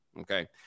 okay